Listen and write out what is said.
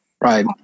Right